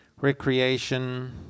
recreation